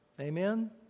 Amen